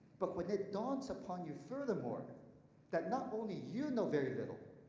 but when it dawns upon you furthermore that not only you know very little,